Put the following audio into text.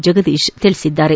ಜಗದೀಶ್ ತಿಳಿಸಿದ್ದಾರೆ